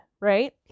Right